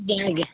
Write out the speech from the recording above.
ଆଜ୍ଞା ଆଜ୍ଞା